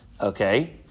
Okay